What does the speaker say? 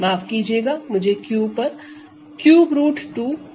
माफ कीजिएगा मुझे Q पर ∛2 कहना चाहिए